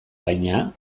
baina